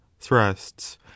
thrusts